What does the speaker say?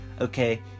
okay